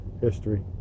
history